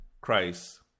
Christ